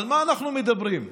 על מה אנחנו מדברים?